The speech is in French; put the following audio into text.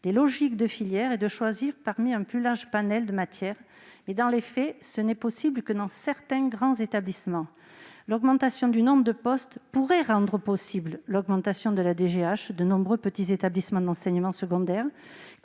des logiques de filières et de choisir parmi un plus large panel de matières. Or, dans les faits, ce n'est possible que dans certains grands établissements. L'augmentation du nombre de postes pourrait favoriser l'augmentation de la DGH dans de nombreux petits établissements d'enseignement secondaire,